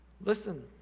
Listen